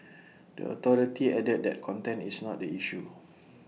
the authority added that content is not the issue